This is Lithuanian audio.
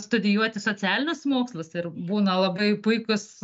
studijuoti socialinius mokslus ir būna labai puikūs